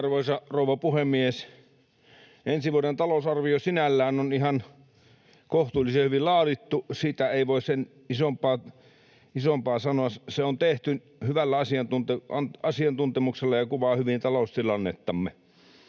Arvoisa rouva puhemies! Ensi vuoden talousarvio sinällään on ihan kohtuullisen hyvin laadittu, siitä ei voi sen isompaa sanoa. Se on tehty hyvällä asiantuntemuksella ja kuvaa hyvin taloustilannettamme.